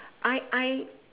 I I